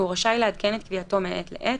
והוא רשאי לעדכן את קביעתו מעת לעת,